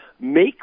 make